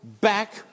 back